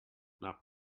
not